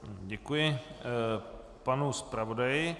Děkuji panu zpravodaji.